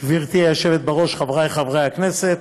היושבת בראש, חברי חברי הכנסת,